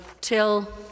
till